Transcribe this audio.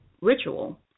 ritual